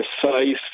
precise